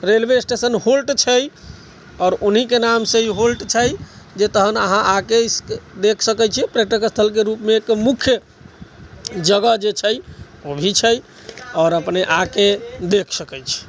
railway station halt छै आओर उन्हीके नाम से ई होल्ट छै जे तहन अहाँ आके देखि सकैत छियै पर्यटक स्थलके रूपमे एक मुख्य जगह जे छै ओ भी छै आओर अपने आके देखि सकैत छी